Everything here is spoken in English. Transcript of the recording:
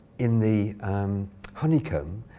in the honeycomb,